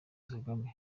kagame